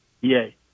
Yay